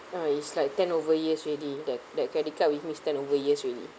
ah it's like ten over years already that that credit card with me ten over years already